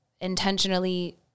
intentionally